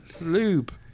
Lube